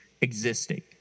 existing